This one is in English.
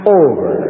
over